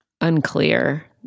unclear